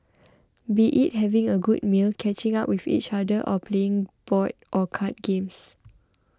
be it having a good meal catching up with each other or playing board or card games